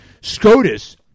SCOTUS